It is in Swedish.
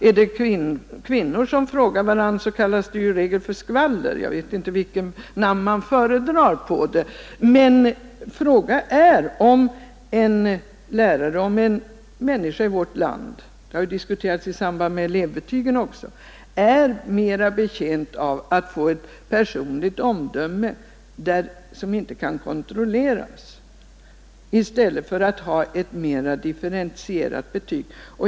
Är det kvinnor som frågar varandra, kallas det ju i regel för skvaller. Jag vet inte vilken beteckning man föredrar. Frågan är emellertid om en lärare eller vilken människa som helst i vårt land — detta har ju också diskuterats i samband med elevbetygen — är mera betjänt av ett personligt omdöme som inte kan kontrolleras än av ett mera differentierat betyg.